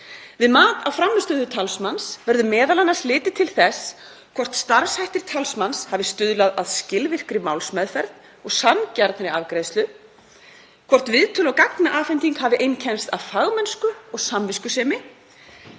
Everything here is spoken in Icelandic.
Við mat á frammistöðu talsmanns verður meðal annars litið til þess hvort starfshættir talsmanns hafi stuðlað að skilvirkri málsmeðferð og sanngjarnri afgreiðslu, hvort viðtöl og gagnaafhending hafi einkennst af fagmennsku og samviskusemi